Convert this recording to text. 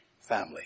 Family